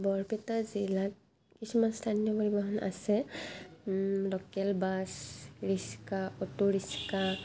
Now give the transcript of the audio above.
বৰপেটা জিলাত কিছুমান স্থানীয় পৰিবহন আছে লোকেল বাছ ৰিক্সা অটোৰিক্সা